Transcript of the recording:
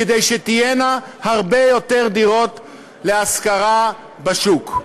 כדי שתהיינה הרבה יותר דירות להשכרה בשוק.